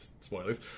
spoilers